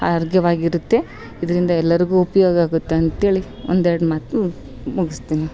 ಆರೋಗ್ಯವಾಗಿರುತ್ತೆ ಇದರಿಂದ ಎಲ್ಲರಿಗು ಉಪಯೋಗಾಗುತ್ತೆ ಅಂತೇಳಿ ಒಂದೆರಡು ಮಾತನ್ನ ಮುಗಿಸ್ತೀನಿ